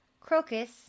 Crocus